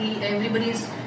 everybody's